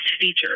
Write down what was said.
features